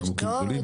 באשדוד,